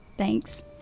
Thanks